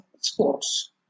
sports